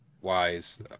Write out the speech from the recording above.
wise